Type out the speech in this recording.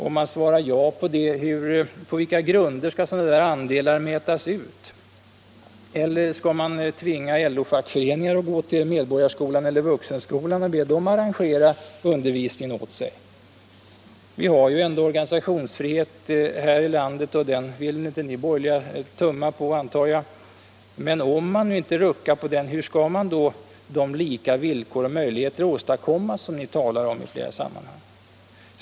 Om ni svarar ja på det, på vilka grunder skall då sådana andelar mätas ut? Eller skall man tvinga LO-fackföreningar att gå till Medborgarskolan eller Vuxenskolan och be dem anordna undervisning åt sig? Vi har ju ändå organisationsfrihet här i landet, och den antar jag att de borgerliga inte vill rucka på. Men om man inte ruckar på den, hur skall då de lika villkor och möjligheter åstadkommas som ni talar om i flera sammanhang?